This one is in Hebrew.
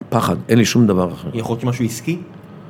פחד, אין לי שום דבר אחר. יכול להיות משהו עסקי?